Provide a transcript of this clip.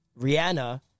Rihanna